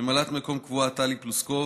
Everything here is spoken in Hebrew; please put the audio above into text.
ממלאת מקום קבועה טלי פלוסקוב,